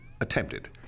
attempted